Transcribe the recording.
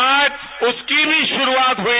आज उसकी भी शुरूआत हुई